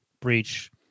Breach